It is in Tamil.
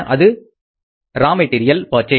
அது ரா மெட்டீரியல் பர்சேஸ்